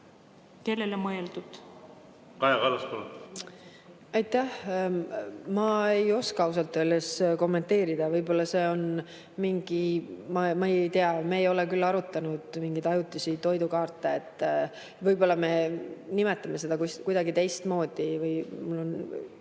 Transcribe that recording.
Kallas, palun! Kaja Kallas, palun! Aitäh! Ma ei oska ausalt öeldes kommenteerida. Võib-olla see on mingi ... Ma ei tea, me ei ole küll arutanud mingeid ajutisi toidukaarte. Võib-olla me nimetame seda kuidagi teistmoodi või ...